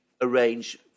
arrange